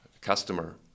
customer